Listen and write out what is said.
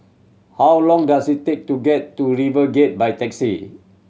how long does it take to get to RiverGate by taxi